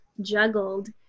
juggled